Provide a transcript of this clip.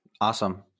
Awesome